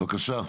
בבקשה,